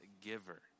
giver